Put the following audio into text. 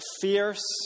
fierce